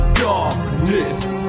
darkness